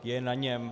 Je na něm